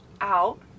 out